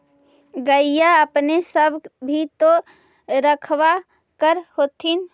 गईया अपने सब भी तो रखबा कर होत्थिन?